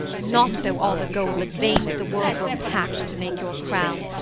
not though all the gold that veins the world were packed to make your crown,